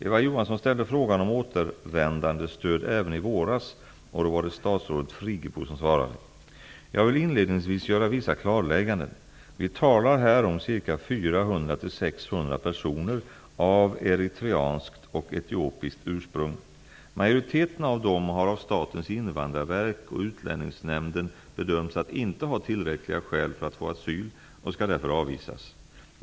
Eva Johansson ställde frågan om återvändandestöd även i våras, och då var det statsrådet Friggebo som svarade. Jag vill inledningsvis göra vissa klarlägganden. Vi talar här om 400--600 personer av eritreanskt och etiopiskt ursprung. Majoriteten av dem har av Statens invandrarverk och Utlänningsnämnden bedömts att inte ha tillräckliga skäl för att få asyl och skall därför avvisas.